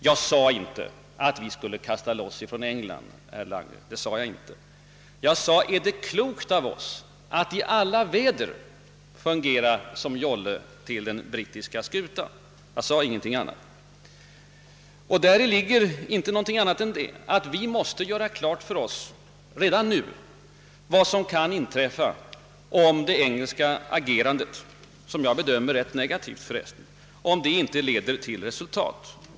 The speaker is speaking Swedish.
Jag sade inte att vi skulle kasta loss från England, herr Lange! Jag sade: »Är det klokt av oss att i alla väder fungera som jolle till den brittiska skutan?» Däri ligger den uppfattningen att vi redan nu bör göra klart för oss vad som kan inträffa om det engelska agerandet, som jag bedömer ganska negativt, inte leder till resultat.